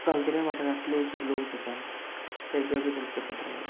गांवगिऱ्या वाटारांतले लोक जे आसा ते वेगळे तरेचे कपडे घालतात